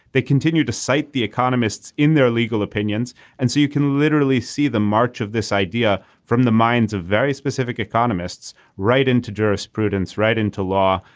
they continue to cite the economists in their legal opinions and so you can literally see the march of this idea from the minds of very specific economists right into jurisprudence right into law.